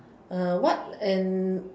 uh what an